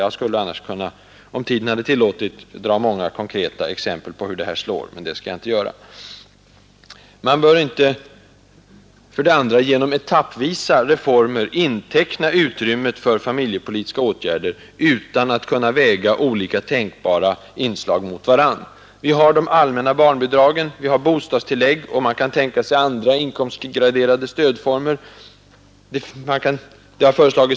Jag skulle annars, om tiden tillät det, kunna dra fram många konkreta exempel på hur det här slår, men det skall jag inte göra. För det tredje: Man bör inte genom etappvisa reformer inteckna utrymmet för familjepolitiska åtgärder utan att kunna väga olika tänkbara inslag mot varandra. Vi har de allmänna barnbidragen. Vi har bostadtilläggen och man kan överväga andra inkomstgraderade stödformer.